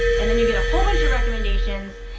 and then you get a whole bunch of recommendations,